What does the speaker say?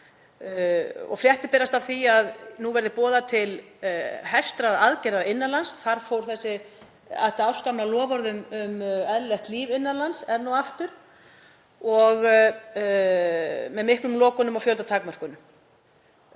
Fréttir berast af því að nú verði boðað til hertra aðgerða innan lands, þar fór þetta ársgamla loforð um eðlilegt líf innan lands enn og aftur, með miklum lokunum og fjöldatakmörkunum.